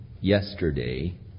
yesterday